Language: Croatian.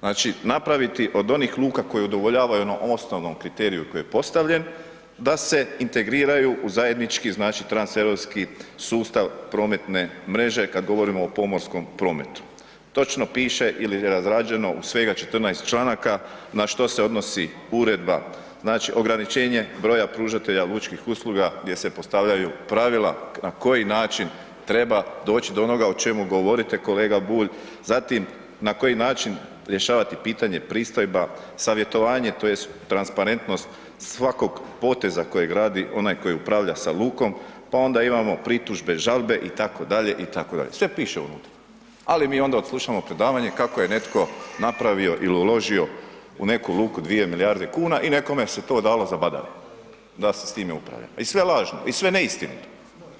Znači, napraviti od onih luka koje udovoljavaju onom osnovnom kriteriju koji je postavljen, da se integriraju u zajednički, znači, transeuropski sustav prometne mreže kada govorimo o pomorskom prometu, točno piše ili razrađeno u svega 14 članaka na što se odnosi uredba, znači, ograničenje broja pružatelja lučkih usluga gdje se postavljaju pravila na koji način treba doći do onoga o čemu govorite kolega Bulj, zatim, na koji način rješavati pitanje pristojba, savjetovanje tj. transparentnost svakog poteza kojeg radi onaj koji upravlja sa lukom, pa onda imamo pritužbe, žalbe itd., itd., sve piše unutra, ali mi onda odslušamo predavanje kako je netko napravio ili uložio u neku luku dvije milijarde kuna i nekome se to dalo za badave da se s time upravlja i sve lažno i sve neistinito